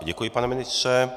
Děkuji, pane ministře.